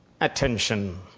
attention